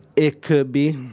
it could be.